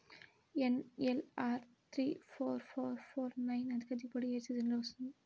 NLR three four four four nine అధిక దిగుబడి ఏ సీజన్లలో వస్తుంది?